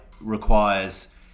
requires